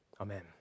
Amen